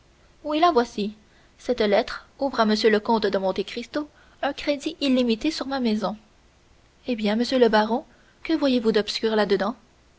oui la voici cette lettre ouvre à m le comte de monte cristo un crédit illimité sur ma maison eh bien monsieur le baron que voyez-vous d'obscur